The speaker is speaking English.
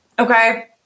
Okay